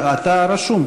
אתה רשום,